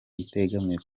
itegamiye